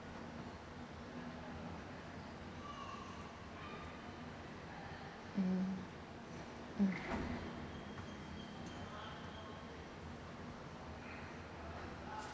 mm mm